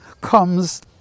comes